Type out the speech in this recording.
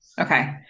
okay